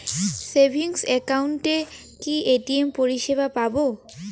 Savings একাউন্টে কি ATM পরিসেবা পাব?